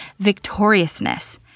victoriousness